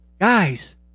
Guys